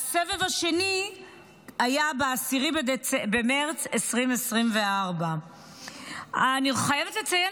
והסבב השני היה ב-10 במרץ 2024. אני חייבת לציין